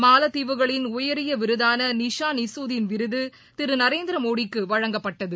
மாலத்தீவுகளின் உயரியவிருதானநிஷான் இசூதீன் விருதுதிருநரேந்திரமோடிக்குவழங்கப்பட்டது